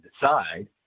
decide